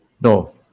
No